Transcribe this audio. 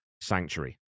sanctuary